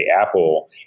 Apple